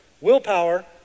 willpower